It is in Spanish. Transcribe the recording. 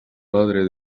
padre